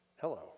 Hello